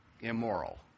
immoral